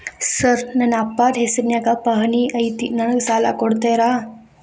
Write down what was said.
Sir ನನ್ನ ಅಪ್ಪಾರ ಹೆಸರಿನ್ಯಾಗ್ ಪಹಣಿ ಐತಿ ನನಗ ಸಾಲ ಕೊಡ್ತೇರಾ?